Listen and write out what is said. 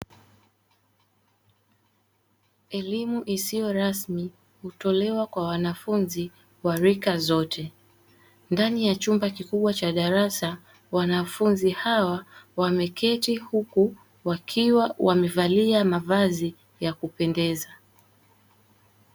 Elimu isiyo rasmi hutolewa kwa wanafunzi wa rika zote ndani ya chumba kikubwa cha darasa, wanafunzi hawa wameketi huku wakiwa wamevalia mavazi ya kupendeza.